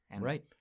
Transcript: Right